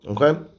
Okay